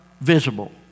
visible